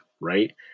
right